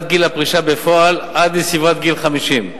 גיל הפרישה בפועל עד לסביבת גיל 50,